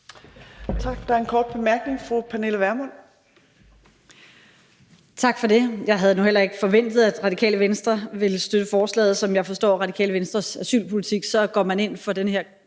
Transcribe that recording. fru Pernille Vermund. Kl. 14:09 Pernille Vermund (NB): Tak for det. Jeg havde nu heller ikke forventet, at Radikale Venstre ville støtte forslaget. Som jeg forstår Radikale Venstres asylpolitik, går man ind for den her